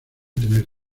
tener